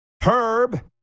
Herb